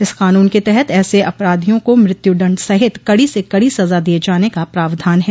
इस कानून के तहत ऐसे अपराधियों को मृत्युदंड सहित कड़ी से कड़ी सजा दिए जाने का प्रावधान है